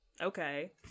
Okay